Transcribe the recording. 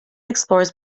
explores